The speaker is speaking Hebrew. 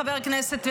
חבר הכנסת,